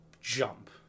jump